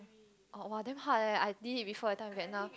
oh !woah! damn hard eh I did it before that time in Vietnam